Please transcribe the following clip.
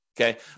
Okay